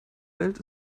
welt